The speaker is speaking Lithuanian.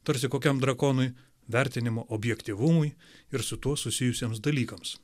tarsi kokiam drakonui vertinimo objektyvumui ir su tuo susijusiems dalykams